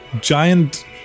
giant